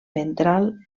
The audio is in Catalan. ventral